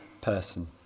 person